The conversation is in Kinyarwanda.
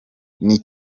n’i